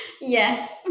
Yes